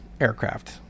aircraft